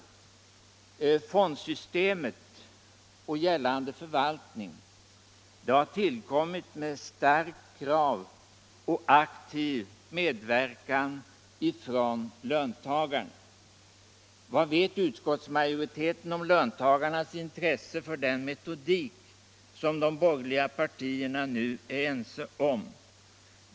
Fondsystemet och gällande förvaltning har tillkommit med starkt krav från och aktiv medverkan av löntagarna. Vad vet utskottsmajoriteten om löntagarnas intresse för den metodik som de borgerliga partierna nu är ense om?